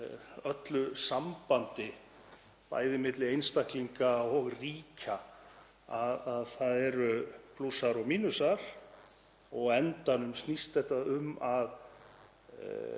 öllu sambandi, bæði milli einstaklinga og ríkja, að það eru plúsar og mínusar. Á endanum snýst þetta um að